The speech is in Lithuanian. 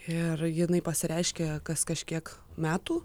ir jinai pasireiškia kas kažkiek metų